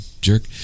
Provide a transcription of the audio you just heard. jerk